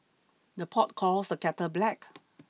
the pot calls the kettle black